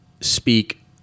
speak